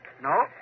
No